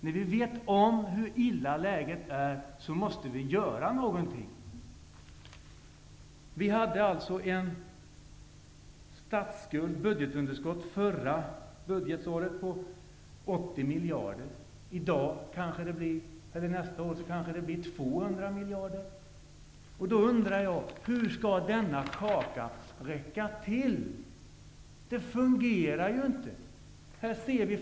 När vi vet hur dåligt läget är, måste vi göra någonting. 80 miljarder. Nästa år blir det kanske fråga om 200 miljarder. Då undrar jag: Hur skall denna kaka räcka till? Det fungerar ju inte.